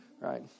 right